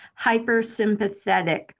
hypersympathetic